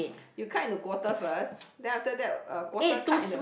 you cut into quarter first then after that uh quarter cut into